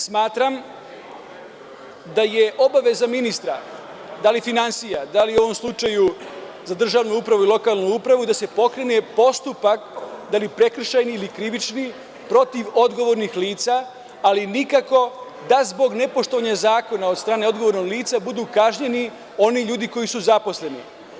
Smatram da je obaveza ministra da li finansija, da li u ovom slučaju za državnu upravu i lokalnu upravu i da se pokrene postupak da bi prekršajni ili krivični protiv odgovornih lica, ali nikako da zbog nepoštovanja zakona od strane odgovornog lica budu kažnjeni oni ljudi koji su zaposleni.